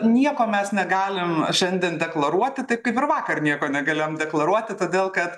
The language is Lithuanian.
nieko mes negalim šiandien deklaruoti kaip ir vakar nieko negalėjom deklaruoti todėl kad